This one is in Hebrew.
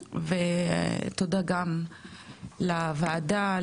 ותודה גם לוועדה,